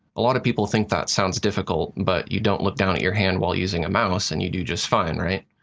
a lot of people think that sounds difficult, but you don't look down at your hand while using a mouse and you do just fine, right?